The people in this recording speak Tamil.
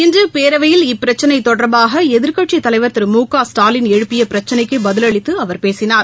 இன்றுபேரவையில் இப்பிரச்சினைதொடாபாகஎதிாக்கட்சித் தலைவா் திரு மு க ஸ்டாலின் எழுப்பியபிரச்சினைக்குபதிலளித்துஅவர் பேசினார்